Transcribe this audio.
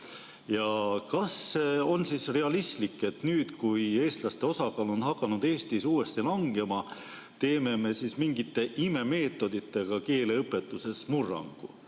4%. Kas on realistlik, et nüüd, kui eestlaste osakaal on hakanud Eestis uuesti langema, teeme me mingite imemeetoditega keeleõpetuses murrangu?